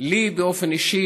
לי באופן אישי,